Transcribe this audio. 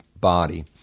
body